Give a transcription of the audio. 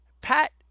Pat